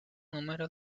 número